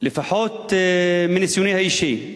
לפחות מניסיוני האישי,